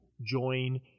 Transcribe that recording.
join